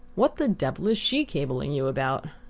what the devil is she cabling you about?